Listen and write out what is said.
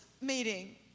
meeting